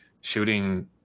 shooting